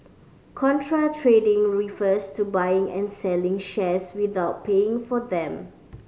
contra trading refers to buying and selling shares without paying for them